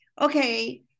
okay